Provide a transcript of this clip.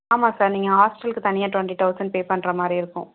ஆமாம் சார் நீங்கள் ஹாஸ்ட்டலுக்கு தனியாக டொண்ட்டி தெளசண்ட் பே பண்ணுற மாதிரி இருக்கும்